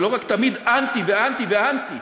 ולא רק תמיד אנטי ואנטי ואנטי,